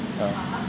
uh